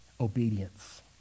obedience